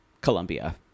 Colombia